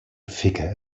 figure